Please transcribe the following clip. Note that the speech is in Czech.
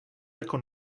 jako